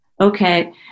Okay